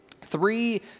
three